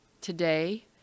Today